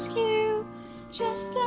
you just the